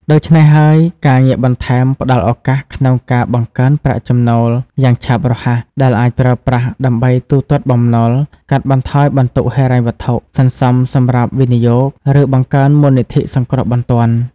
ហេតុដូច្នេះហើយ ការងារបន្ថែមផ្តល់ឱកាសក្នុងការបង្កើនប្រាក់ចំណូលយ៉ាងឆាប់រហ័សដែលអាចប្រើប្រាស់ដើម្បីទូទាត់បំណុល កាត់បន្ថយបន្ទុកហិរញ្ញវត្ថុ សន្សំសម្រាប់វិនិយោគ ឬបង្កើនមូលនិធិសង្គ្រោះបន្ទាន់។